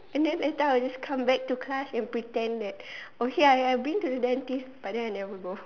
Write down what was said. and then later I will just come back to class and pretend that okay I I been to the dentist but then I never go